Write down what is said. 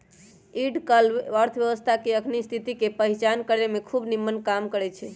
yield curve अर्थव्यवस्था के अखनी स्थिति के पहीचान करेमें खूब निम्मन काम करै छै